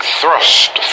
thrust